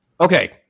okay